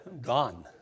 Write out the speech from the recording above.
gone